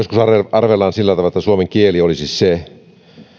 arvellaan sillä tavalla että suomen kieli olisi se